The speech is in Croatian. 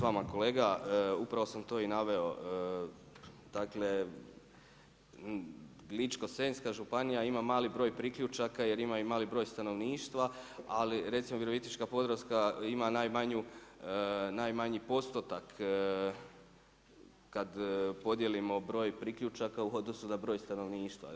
Slažem se s vama kolega, upravo sam to i naveo, dakle, Ličko-senjska županija ima mali broj priključaka jer imaju mali broj stanovništva, ali recimo Virovitička-podravska ima najmanji postotak, kad podijelimo broj priključaka u odnosu na broj stanovništva.